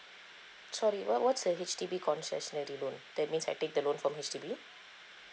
sorry what what's the H_D_B concessionary loan that means I take the loan from H_D_B